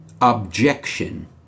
objection